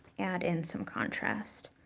add in some contrast.